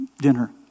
dinner